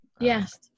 yes